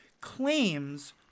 claims